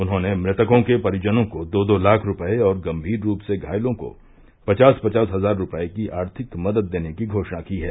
उन्होंने मृतकों के परिजनों को दो दो लाख रूपये और गंभीर रूप से घायलों को पचास पचास हजार रूपये की आर्थिक मदद देने की घोषणा की है